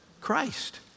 Christ